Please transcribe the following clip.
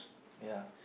ya